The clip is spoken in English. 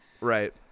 Right